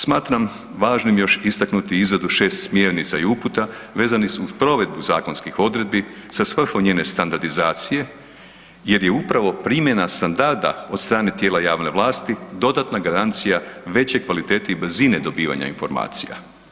Smatram važnim još istaknuti izradu 6 smjernica i uputa vezanih uz provedbu zakonskih odredbi sa svrhom njene standardizacije jer je upravo primjena standarda od strane tijela javne vlasti, dodatna garancija većoj kvaliteti brzine dobivanja informacija.